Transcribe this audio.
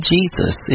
Jesus